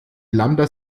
lambda